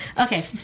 Okay